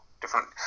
different